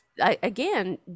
again